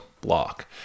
block